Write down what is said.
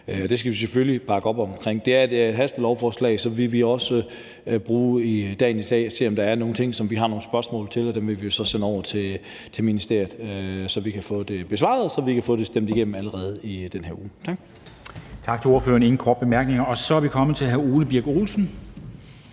Det skal vi selvfølgelig bakke op omkring. Det her er et hastelovforslag, så vi vil også bruge dagen i dag på at se, om der er nogle ting, som vi har nogle spørgsmål til, og dem vil vi så sende over til ministeriet, så vi kan få dem besvaret, og så vi kan få det stemt igennem allerede i den her uge. Tak.